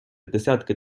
десятки